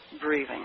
breathing